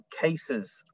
cases